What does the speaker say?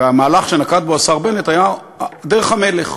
והמהלך שנקט השר בנט היה דרך המלך,